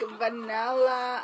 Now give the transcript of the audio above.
vanilla